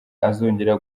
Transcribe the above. azongera